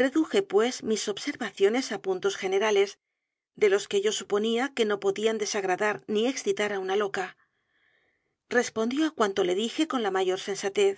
reduje pues mis observaciones á puntos generales de los que yo suponía que no podían desagradar ni excitar á una loca respondió á cuanto le dije con la mayor sensatez